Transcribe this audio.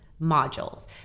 modules